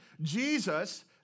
Jesus